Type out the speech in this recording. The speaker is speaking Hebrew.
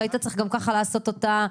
שהיית צריך גם כך לעשות אותה.